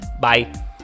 bye